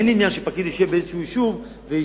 אין לי עניין שפקיד ישב באיזה יישוב ובכמה